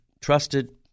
trusted